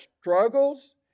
struggles